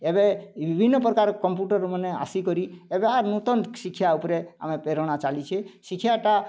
ଏବେ ବିଭିନ୍ନ ପ୍ରକାର କମ୍ପ୍ୟୁଟର ମାନେ ଆସିକରି ଏବାର୍ ନୂତନ୍ ଶିକ୍ଷା ଉପରେ ଆମେ ପ୍ରେରଣା ଚାଲିଛେ ଶିକ୍ଷାଟା